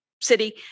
city